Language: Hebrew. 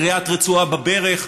קריעת רצועה בברך,